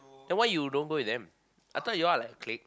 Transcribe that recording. then why you don't go with them I thought you all are like a clique